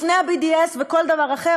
לפני ה-BDS וכל דבר אחר,